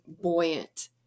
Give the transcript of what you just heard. buoyant